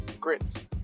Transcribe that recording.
grits